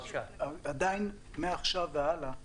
מעכשיו והלאה,